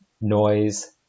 noise